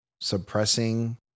suppressing